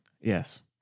Yes